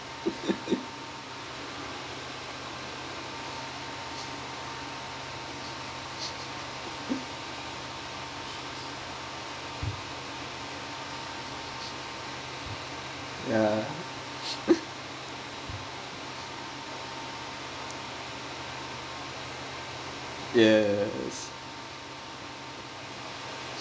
yeah yes